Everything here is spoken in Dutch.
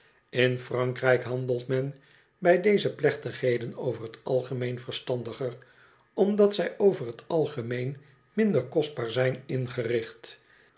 in frankrijk handelt men bij deze plechtigheden over t algemeen verstandiger omdat zij over t algemeen minder kostbaar zijn ingericht